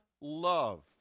love